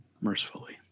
mercifully